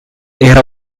era